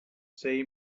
say